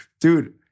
dude